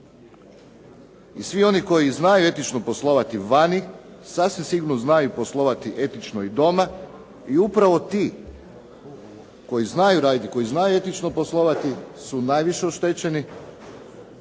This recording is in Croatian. I svi oni koji znaju etično poslovati vani sasvim sigurno znaju poslovati etično i doma i upravo ti koji znaju raditi i koji znaju etično poslovati su najviše oštećeni,